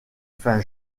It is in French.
fin